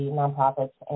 nonprofits